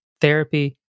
therapy